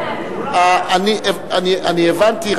אני הבנתי,